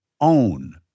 Own